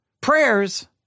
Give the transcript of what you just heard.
prayers